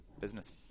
business